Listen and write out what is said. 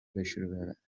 بشوره